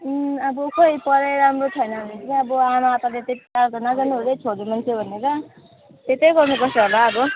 अब खोइ पढाइ राम्रो छैन भने चाहिँ अब आमा यो पालि त त्यति ढाढो त नजाने अरे छोरी मान्छे भनेर यतै गर्नुपर्छ होला अब